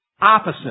opposite